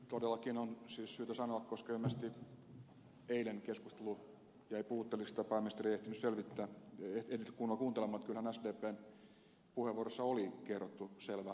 todellakin on siis syytä sanoa koska ilmeisesti eilen keskustelu jäi puutteelliseksi tai pääministeri ei ehtinyt kunnolla kuuntelemaan että kyllähän sdpn puheenvuoroissa oli kerrottu selvä verovaihtoehto